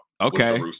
Okay